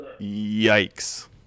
Yikes